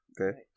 Okay